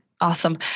awesome